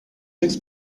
six